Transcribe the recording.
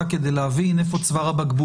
יש חזרה מהטיסות של בן גוריון,